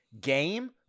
game